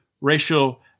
racial